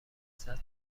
صدتا